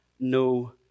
no